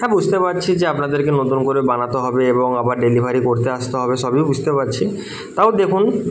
হ্যাঁ বুঝতে পারছি যে আপনাদেরকে নতুন করে বানাতে হবে এবং আবার ডেলিভারি করতে আসতে হবে সবই বুঝতে পারছি তাও দেখুন